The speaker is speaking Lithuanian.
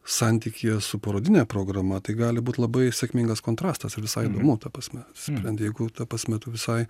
santykyje su parodine programa tai gali būt labai sėkmingas kontrastas ir visai įdomu ta prasme sprendi jeigu ta prasme tu visai